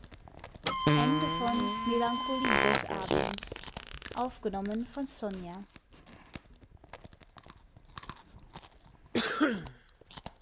melancholie des abends der